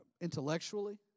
intellectually